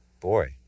Boy